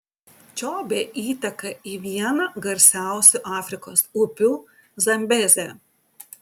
čobė įteka į vieną garsiausių afrikos upių zambezę